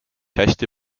hästi